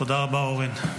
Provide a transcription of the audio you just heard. תודה רבה, אורן.